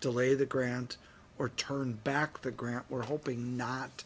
delay the grant or turn back the grant we're hoping not